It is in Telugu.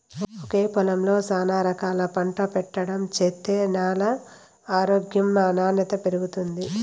ఒకే పొలంలో శానా రకాలు పంట పెట్టడం చేత్తే న్యాల ఆరోగ్యం నాణ్యత పెరుగుతుంది